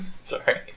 Sorry